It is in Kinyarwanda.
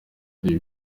uyu